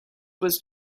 was